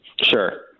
Sure